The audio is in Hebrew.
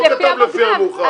הוא לא כתב "לפי המאוחר".